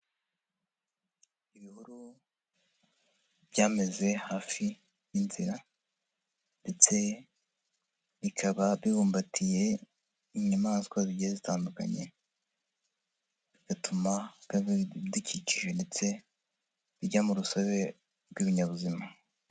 Ibihuru byameze hafi y'inzira ndetse bikaba bibumbatiye inyamaswa zigiye zitandukanye, bigatuma ibidukikije ndetse bijya mu rusobe rw'ibinyabuzima.